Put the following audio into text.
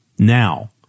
Now